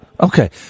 Okay